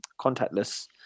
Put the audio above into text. contactless